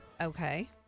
Okay